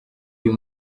uyu